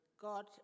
God